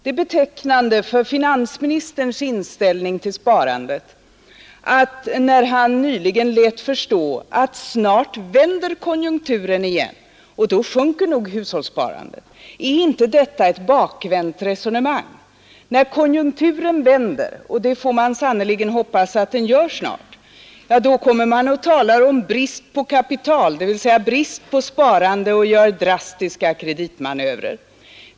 Det är betecknande för finansministerns inställning till sparande att han nyligen lät förstå att snart vänder konjunkturen igen och då sjunker nog hushållssparandet. Är inte detta ett bakvänt resonemang? När konjunkturen vänder — och det får vi sannerligen hoppas att den gör snart — ja, då kommer man och talar om brist på kapital, dvs. brist på sparande, och gör drastiska kreditmanövrer.